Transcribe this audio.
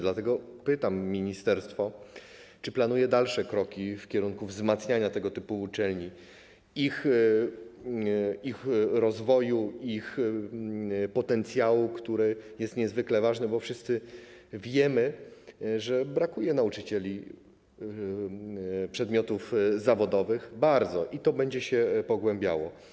Dlatego pytam ministerstwo, czy planuje dalsze kroki w kierunku wzmacniania tego typu uczelni, ich rozwoju, ich potencjału, który jest niezwykle ważny, bo wszyscy wiemy, że bardzo brakuje nauczycieli przedmiotów zawodowych i że to będzie się pogłębiało.